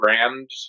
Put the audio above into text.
grand